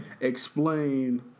explain